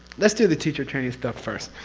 let's do the teacher training stuff first,